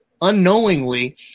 unknowingly